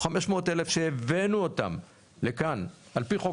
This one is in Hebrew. חמש מאות אלף שהבאנו אותם לכאן על פי חוק